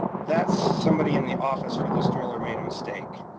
that's somebody in the office for this driller made a mistake.